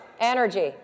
energy